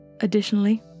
Additionally